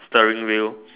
steering wheel